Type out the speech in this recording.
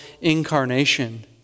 incarnation